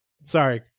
sorry